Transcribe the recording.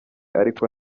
ariko